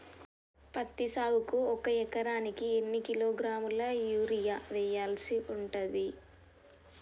పత్తి సాగుకు ఒక ఎకరానికి ఎన్ని కిలోగ్రాముల యూరియా వెయ్యాల్సి ఉంటది?